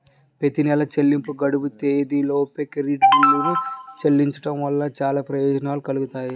ప్రతి నెలా చెల్లింపు గడువు తేదీలోపు క్రెడిట్ కార్డ్ బిల్లులను చెల్లించడం వలన చాలా ప్రయోజనాలు కలుగుతాయి